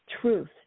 truth